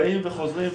באים וחוזרים,